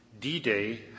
D-Day